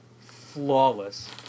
flawless